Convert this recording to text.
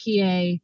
PA